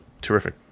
terrific